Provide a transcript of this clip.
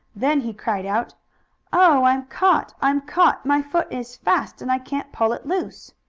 then he cried out oh, i'm caught! i'm caught! my foot is fast, and i can't pull it loose!